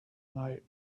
night